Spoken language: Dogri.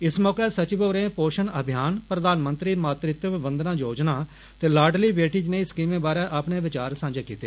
इस मौके सचिव होरें पोषण अभियान प्रधानमंत्री मातृत्व बंधना योजना ते लाडली बेटी जनेई स्कीमें बारै अपने विचार सांजे कीते